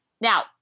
Now